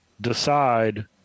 decide